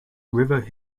river